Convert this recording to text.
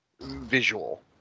visual